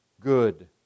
good